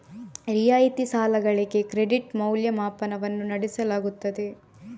ರಿಯಾಯಿತಿ ಸಾಲಗಳಿಗೆ ಕ್ರೆಡಿಟ್ ಮೌಲ್ಯಮಾಪನವನ್ನು ನಡೆಸಲಾಗುತ್ತದೆ